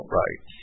right